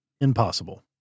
Impossible